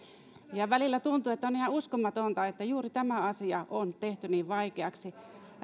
ja välillä tuntuu että on ihan uskomatonta että juuri tämä asia on tehty niin vaikeaksi